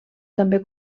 també